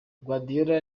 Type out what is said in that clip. guardiola